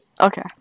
okay